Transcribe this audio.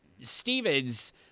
Stevens